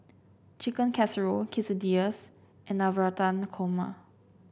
Chicken Casserole Quesadillas and Navratan Korma